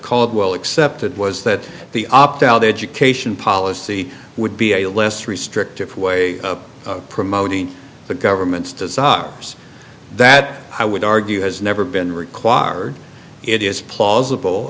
caldwell accepted was that the opt out education policy would be a less restrictive way of promoting the government's desires that i would argue has never been required it is plausible